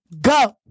Go